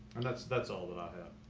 and that's, that's all that i have.